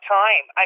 time